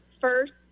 first